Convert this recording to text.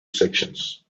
sections